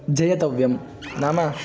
जयतव्यं नाम